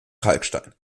kalkstein